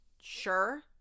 Sure